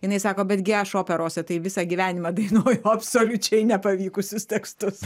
jinai sako bet gi aš operose tai visą gyvenimą dainuoju absoliučiai nepavykusius tekstus